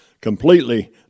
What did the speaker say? completely